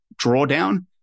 drawdown